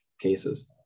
cases